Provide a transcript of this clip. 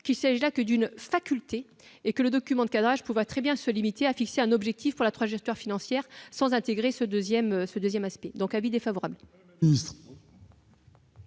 qu'il ne s'agit là que d'une faculté, le document de cadrage pouvant très bien se limiter à fixer un objectif pour la trajectoire financière, sans intégrer ce deuxième volet. Quel est l'avis